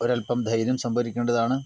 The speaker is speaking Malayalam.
ഒരല്പം ധൈര്യം സംഭരിക്കേണ്ടതാണ്